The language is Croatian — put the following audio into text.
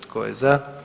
Tko je za?